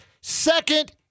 second